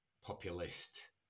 populist